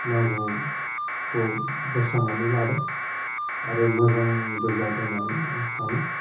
नांगौखौ बोस्रांनानै लादों आरो मोजांबो जादो होननानै आं सानो